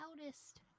loudest